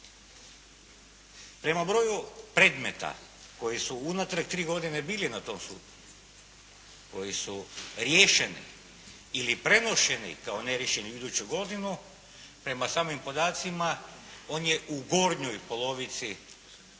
Prema broju predmeta koji su unatrag tri godine bili na tom sudu, koji su riješeni ili prenošeni kao ne riješeni u iduću godinu, prema samim podacima, on je u gornjoj polovici negdje